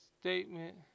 statement